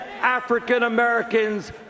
African-Americans